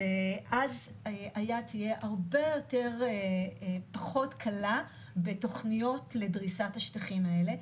אז היד תהיה הרבה יותר קלה בתוכניות לדריסת השטחים האלה.